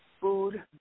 food